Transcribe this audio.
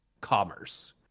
commerce